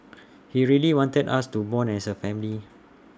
he really wanted us to Bond as A family